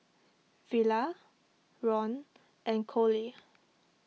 Villa Ron and Coley